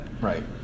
Right